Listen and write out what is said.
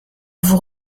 vous